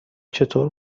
چطور